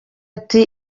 ati